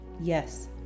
yes